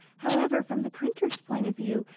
however, from the printer's point of view,